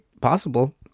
possible